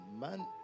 man